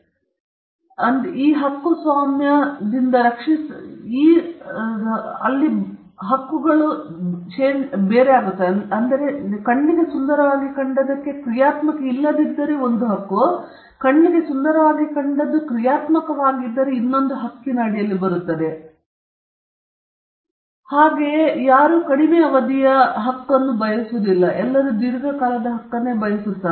ಈ ಹಕ್ಕುಸ್ವಾಮ್ಯ ಹಕ್ಕುಸ್ವಾಮ್ಯದಿಂದ ರಕ್ಷಿಸಬಹುದಾದ ಹಕ್ಕುಗಳಲ್ಲ ಏಕೆಂದರೆ ಕೃತಿಸ್ವಾಮ್ಯದಿಂದ ಏನನ್ನಾದರೂ ರಕ್ಷಿಸಬಹುದಾದರೆ ಅದು ಕೃತಿಸ್ವಾಮ್ಯದ ವಿಷಯವಾಗಿದೆ ಯಾರೂ ಕಡಿಮೆ ಅವಧಿಗೆ ಹೋಗುವುದಿಲ್ಲ ಈ ಅವಧಿಯನ್ನು ನೋಡಿ